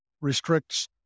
restricts